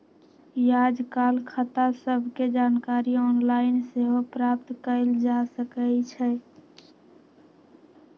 याजकाल खता सभके जानकारी ऑनलाइन सेहो प्राप्त कयल जा सकइ छै